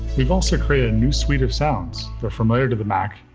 we've also created a new suite of sounds. they're familiar to the mac,